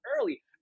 early